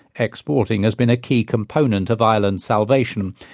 exporting has been a key component of ireland's salvation.